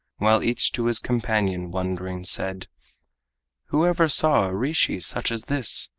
while each to his companion wondering said who ever saw a rishi such as this,